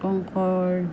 কংসৰ